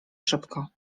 szybko